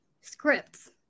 scripts